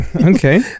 okay